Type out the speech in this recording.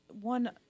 One